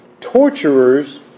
Torturers